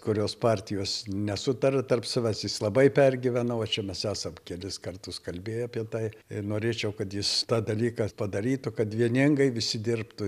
kurios partijos nesutaria tarp savęs jis labai pergyvena vo čia mes esam kelis kartus kalbėję apie tai ir norėčiau kad jis tą dalyką padarytų kad vieningai visi dirbtų